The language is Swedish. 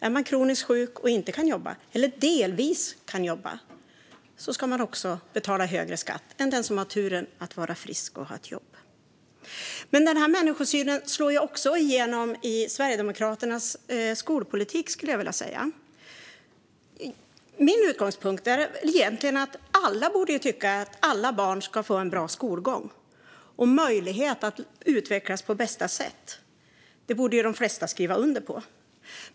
Är man kroniskt sjuk och inte kan jobba eller jobba bara delvis ska man också betala högre skatt än den som har turen att vara frisk och ha ett jobb. Jag skulle vilja säga att denna människosyn också slår igenom i Sverigedemokraternas skolpolitik. Min utgångspunkt är egentligen att alla borde tycka att alla barn ska få en bra skolgång och möjlighet att utvecklas på bästa sätt. Det borde de flesta skriva under på.